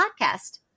podcast